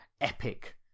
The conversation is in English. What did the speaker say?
epic